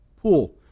Pool